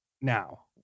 Now